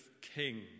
king